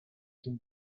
donc